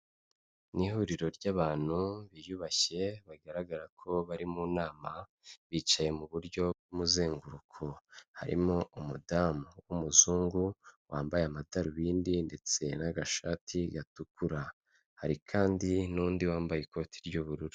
Ni ihuriro ry'abantu biyubashye bigaragara ko bari mu nama bicaye muburyo bw'umuzenguruko, harimo umudamu w'umuzungu wambaye amadarubindi ndetse n'agashati gatukura hari kandi n'undi wambaye ikoti ry'ubururu.